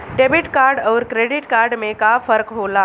Debit card अउर credit card में का फर्क होला?